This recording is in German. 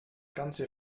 ganze